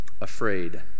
afraid